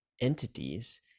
entities